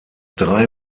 drei